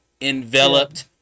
enveloped